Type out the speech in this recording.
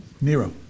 Nero